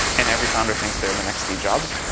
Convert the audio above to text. and every founder thinks they're the next steve jobs.